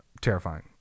Terrifying